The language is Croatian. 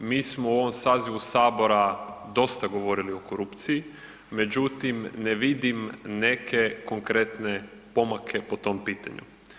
Mi smo u ovom sazivu Sabora dosta govorili o korupciji, međutim, ne vidim neke konkretne pomake po tom pitanju.